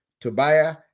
Tobiah